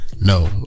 no